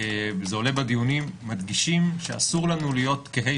וזה עולה בדיונים מדגישים שאסור לנו להיות כהי